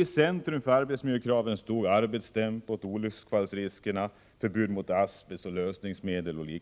I centrum för arbetsmiljökraven stod bl.a. arbetstempot, olycksfallsriskerna och förbud mot användningen av asbest och lösningsmedel.